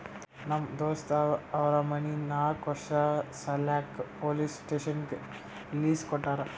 ನಮ್ ದೋಸ್ತ್ ಅವ್ರ ಮನಿ ನಾಕ್ ವರ್ಷ ಸಲ್ಯಾಕ್ ಪೊಲೀಸ್ ಸ್ಟೇಷನ್ಗ್ ಲೀಸ್ ಕೊಟ್ಟಾರ